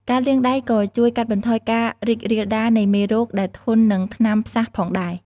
ការលាងដៃក៏ជួយកាត់បន្ថយការរីករាលដាលនៃមេរោគដែលធន់នឹងថ្នាំផ្សះផងដែរ។